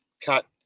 cut